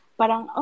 parang